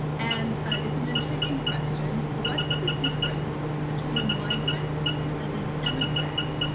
and it's an intriguing question. what's the difference between a migrant and an emigre?